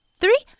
three